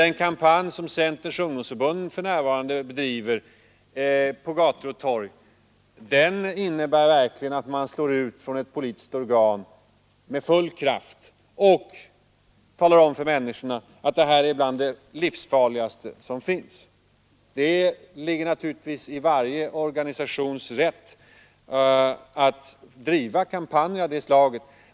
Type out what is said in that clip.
Den kampanj som Centerns ungdomsförbund för närvarande bedriver på gator och torg innebär t.ex. att ett politiskt organ slår med full kraft och talar om för människorna att det här är bland det livsfarligaste som finns. Det ligger naturligtvis i varje organisations rätt att driva kampanjer av det slaget.